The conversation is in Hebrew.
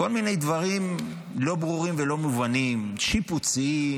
כל מיני דברים לא ברורים ולא מובנים, שיפוצים,